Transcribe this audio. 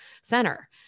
center